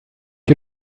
you